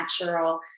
natural